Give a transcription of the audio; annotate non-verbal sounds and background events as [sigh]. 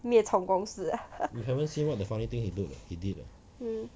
灭虫公司 [laughs] mm